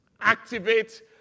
Activate